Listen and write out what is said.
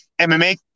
MMA